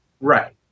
Right